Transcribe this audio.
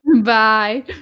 Bye